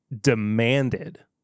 demanded